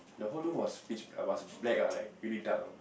the whole room was pitch it was black lah like really dark you know